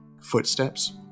footsteps